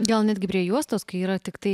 gal netgi prie juostos kai yra tiktai